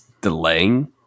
delaying